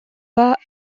pas